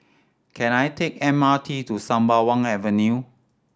can I take the M R T to Sembawang Avenue